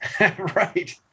right